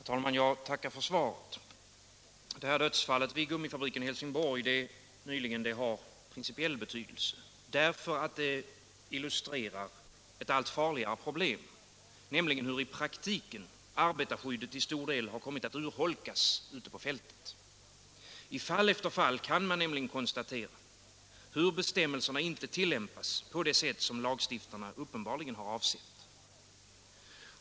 Herr talman! Jag tackar för svaret. Dödsfallet vid gummifabriken i Helsingborg nyligen har principiell betydelse, därför att det illustrerar ett allt farligare problem — nämligen hur i praktiken arbetarskyddet till stor del kommit att urholkas ute på fältet. I fall efter fall kan man konstatera hur bestämmelserna inte tilllämpas på det sätt som lagstiftarna uppenbarligen avsett.